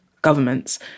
governments